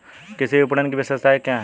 कृषि विपणन की विशेषताएं क्या हैं?